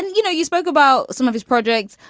and you know, you spoke about some of his projects.